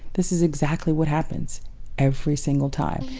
this is exactly what happens every single time.